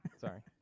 Sorry